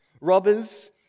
robbers